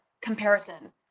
comparison